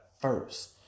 first